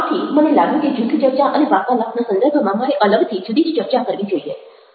આથી મને લાગ્યું કે જૂથ ચર્ચા અને વાર્તાલાપના સંદર્ભમાં મારે અલગથી જુદી જ ચર્ચા કરવી જોઈએ